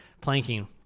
Planking